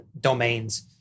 domains